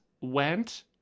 went